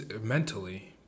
mentally